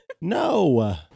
No